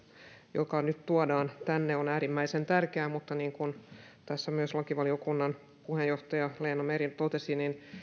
joka nyt tuodaan tänne on äärimmäisen tärkeä mutta niin kuin tässä myös lakivaliokunnan puheenjohtaja leena meri totesi niin